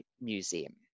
Museum